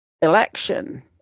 election